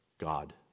God